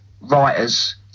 writers